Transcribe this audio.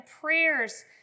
prayers